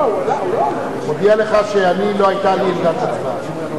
התשע"א 2011, נתקבל.